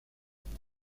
unido